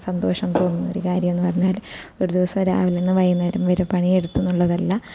സന്തോഷം തോന്നുന്നൊരു കാര്യം എന്ന് പറഞ്ഞാൽ ഒരു ദിവസം രാവിലെയിൽ നിന്ന് വൈകുന്നേരം വരെ പണി എടുത്തു എന്നുള്ളത് അല്ല